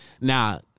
Now